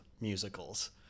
musicals